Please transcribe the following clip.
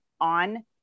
on